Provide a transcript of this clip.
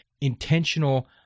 intentional